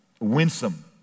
winsome